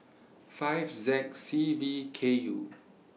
five Z C V K U